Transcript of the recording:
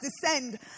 descend